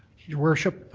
your worship,